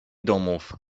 domów